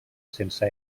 sense